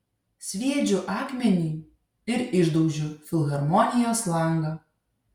sviedžiu akmenį ir išdaužiu filharmonijos langą